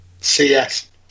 CS